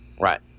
right